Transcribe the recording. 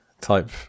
type